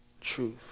truth